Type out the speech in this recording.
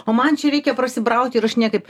o man čia reikia prasibrauti ir aš niekaip